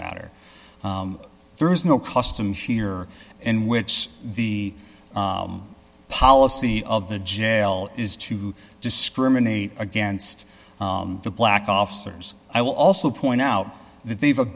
matter there is no customs here in which the policy of the jail is to discriminate against the black officers i will also point out that they've